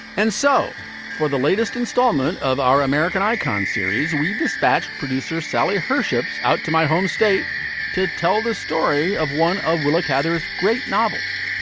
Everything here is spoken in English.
and so for the latest installment of our american icon series, we dispatched producer sally herships out to my home state to tell the story of one of willa cather as great novels,